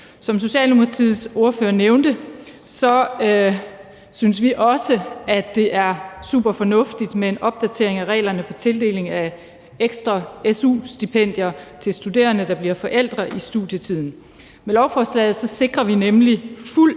Som Socialdemokratiets ordfører nævnte, synes vi også, at det er superfornuftigt med en opdatering af reglerne for tildeling af ekstra su-stipendier til studerende, der bliver forældre i studietiden. Med lovforslaget sikrer vi nemlig fuld